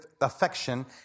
affection